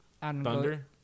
Thunder